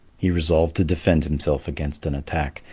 he resolved to defend himself against an attack,